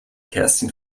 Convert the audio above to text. kerstin